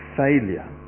failure